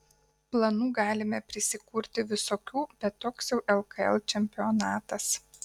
planų galime prisikurti visokių bet toks jau lkl čempionatas